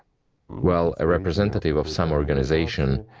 well, a representative of some organization,